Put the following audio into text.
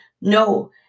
No